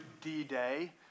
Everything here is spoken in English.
D-Day